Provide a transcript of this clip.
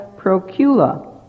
Procula